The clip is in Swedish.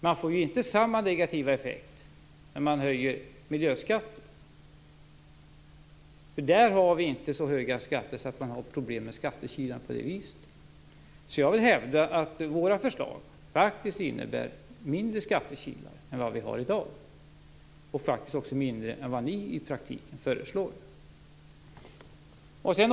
Man får inte samma negativa effekt om man höjer miljöskatten. Där är ju inte skatterna så höga så att man har problem med skattekilarna på det viset. Jag vill alltså hävda att våra förslag faktiskt innebär mindre skattekilar än vad vi har i dag - och faktiskt också mindre än vad ni i praktiken föreslår.